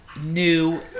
new